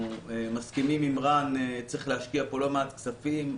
אנחנו מסכימים עם רן שצריך להשקיע כאן לא מעט כספים.